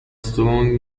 strong